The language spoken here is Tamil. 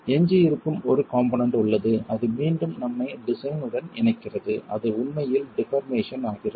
எஞ்சியிருக்கும் ஒரு காம்போனென்ட் உள்ளது அது மீண்டும் நம்மை டிசைன் உடன் இணைக்கிறது அது உண்மையில் டிபார்மேசன் ஆகிறது